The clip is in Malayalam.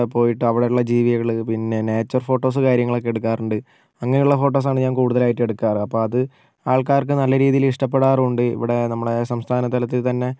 പോയിട്ട് അവിടെയുള്ള ജീവികൾ പിന്നെ നേച്ചർ ഫോട്ടോസ് കാര്യങ്ങളൊക്കെ എടുക്കാറുണ്ട് അങ്ങനെയുള്ള ഫോട്ടോസാണ് ഞാൻ കൂടുതലയിട്ട് എടുക്കാറ് അപ്പം അത് ആൾക്കാർക്ക് നല്ല രീതിയിൽ ഇഷ്ട്ടപ്പെടാറുണ്ട് ഇവിടെ നമ്മളെ സംസ്ഥാന തലത്തിൽ തന്നെ